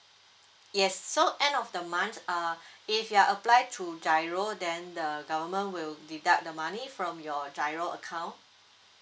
yes so end of the month err if you are apply through GIRO then the government will deduct the money from your GIRO account